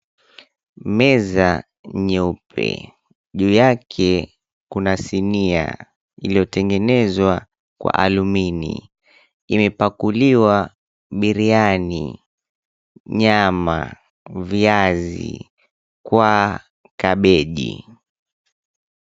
Meza nyeupe, juu yake kuna sinia iliyotengenezwa kwa alumini imepakuliwa biriani, nyama, viazi kwa kabeji.